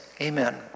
amen